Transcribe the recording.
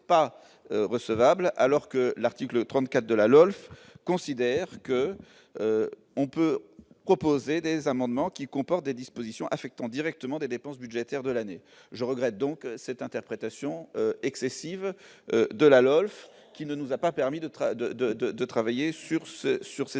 pas recevable alors que l'article 34 de la LOLF considère que on peut proposer des amendements qui comporte des dispositions affectant directement des dépenses budgétaires de l'année, je regrette donc cette interprétation excessive de la LOLF qui ne nous a pas permis de travail de, de,